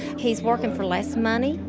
he's working for less money.